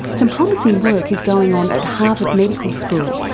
some promising work is going on at harvard medical school,